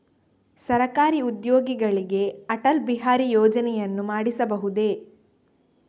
ಸರಕಾರಿ ಉದ್ಯೋಗಿಗಳಿಗೆ ಅಟಲ್ ಬಿಹಾರಿ ಯೋಜನೆಯನ್ನು ಮಾಡಿಸಬಹುದೇ?